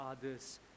others